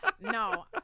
No